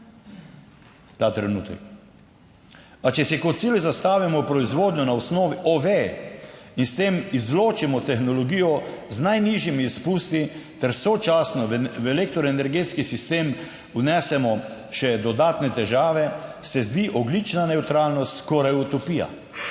ta trenutek. A če si kot cilj zastavimo proizvodnjo na osnovi OV in s tem izločimo tehnologijo z najnižjimi izpusti ter sočasno v elektroenergetski sistem vnesemo še dodatne težave se zdi ogljična nevtralnost skoraj utopija.